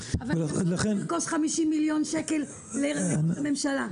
לכן --- אבל היא יכולה לרכוש ב-50 מיליון שקל לראש הממשלה.